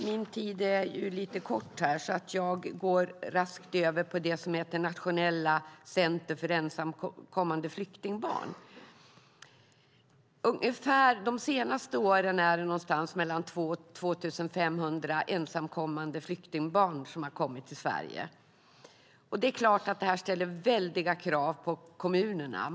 Min talartid är kort, så jag går raskt över på det som heter Nationella center för ensamkommande flyktingbarn. De senaste åren är det omkring 2 500 ensamkommande flyktingbarn som har kommit till Sverige. Det ställer väldiga krav på kommunerna.